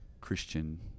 Christian